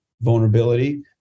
vulnerability